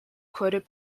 quoted